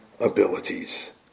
abilities